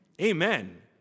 Amen